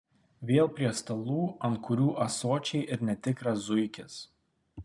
vėl prie stalų ant kurių ąsočiai ir netikras zuikis